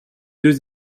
deux